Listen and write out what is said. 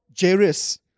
Jairus